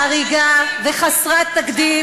חריגה וחסרת תקדים,